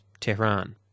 Tehran